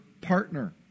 partner